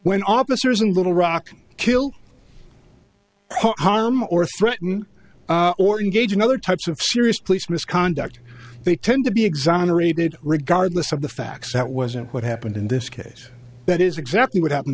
when officers in little rock kill harm or threaten or engage in other types of serious police misconduct they tend to be exonerated regardless of the facts that wasn't what happened in this case that is exactly what happened